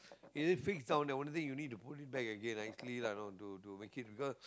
is it fix down there the only thing you need to put it back again actually lah actually to to to make it because